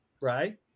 Right